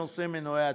בנושא מנועי הצמיחה: